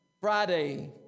Friday